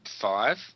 Five